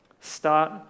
start